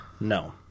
no